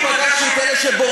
אני פגשתי את אלה שבורחים,